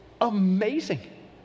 Amazing